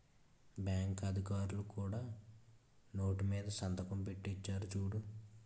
bank అధికారులు కూడా note మీద సంతకం పెట్టి ఇచ్చేరు చూడు